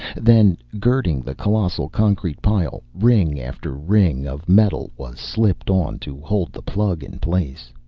then, girding the colossal concrete pile, ring after ring of metal was slipped on, to hold the plug in place.